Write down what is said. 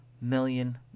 million